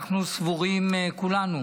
אנחנו סבורים כולנו